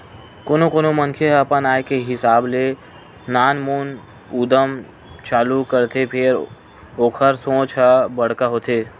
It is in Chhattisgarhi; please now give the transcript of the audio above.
कोनो कोनो मनखे ह अपन आय के हिसाब ले नानमुन उद्यम चालू करथे फेर ओखर सोच ह बड़का होथे